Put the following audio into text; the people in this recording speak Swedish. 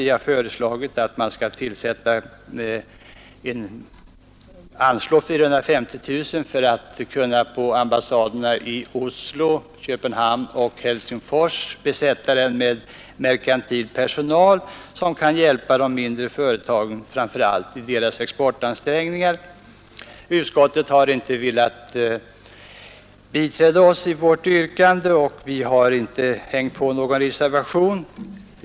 Vi har föreslagit att det skall anslås 450 000 kronor för att kunna besätta ambassaderna i Oslo, Köpenhamn och Helsingfors med merkantil personal som kan hjälpa de mindre företagen framför allt i deras exporlansträngningar. Utskottet har inte velat biträda vårt yrkande, och vi har inte avgivit någon reservation.